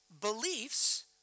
beliefs